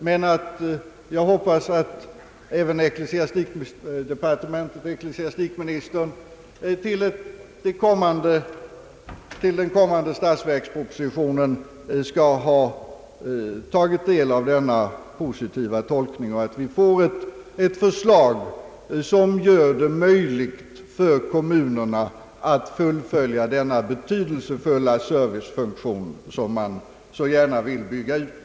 Men jag hoppas att ecklesiastikministern i den kommande statsverkspropositionen skall ha tagit del av denna positiva . tolkning och att det framlägges ett förslag som gör det möjligt för kommunerna att fullfölja denna betydelsefulla servicefunktion, som man så gärna vill bygga ut.